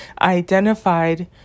identified